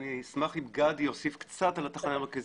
אני אשמח עם גדי יוסיף קצת על התחנה המרכזית,